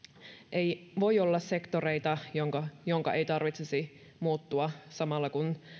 ei voi olla sektoreita joidenka ei tarvitsisi muuttua samalla kun